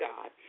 God